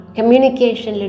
Communication